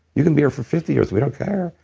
you can be here for fifty years. we don't care.